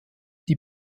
die